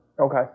Okay